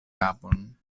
kapon